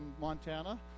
Montana